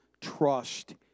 trust